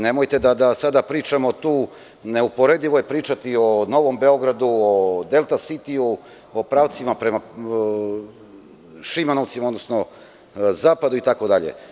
Nemojte da sada pričamo o tome, neuporedivo je pričati o Novom Beogradu, o „Delta sitiju“ o pravcima prema Šimanovcima, odnosno zapadu itd.